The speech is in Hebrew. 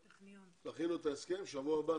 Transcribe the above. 09:37.